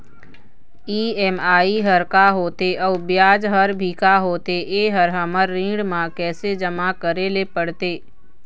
EMI हर का होथे अऊ ब्याज हर भी का होथे ये हर हमर ऋण मा कैसे जमा करे ले पड़ते?